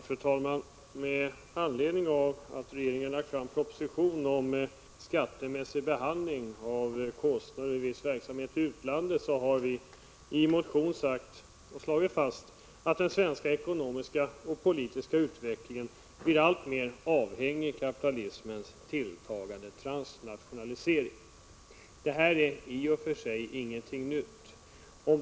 Fru talman! Med anledning av regeringens proposition om den skattemässiga behandlingen av vissa kostnader för verksamhet i utlandet har vi i en motion slagit fast att den svenska ekonomiska och politiska utvecklingen blir alltmer avhängig kapitalismens tilltagande transnationalisering. Detta är i och för sig ingenting nytt.